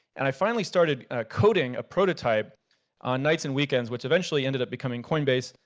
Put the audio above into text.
and i finally started coding a prototype on nights and weekends, which eventually ended up becoming coinbase.